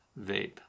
Vape